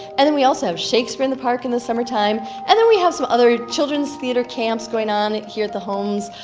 and then we also have shakespeare in the park in the summertime and then we have some other children's theater camps going on here at the holmes.